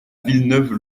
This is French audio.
villeneuve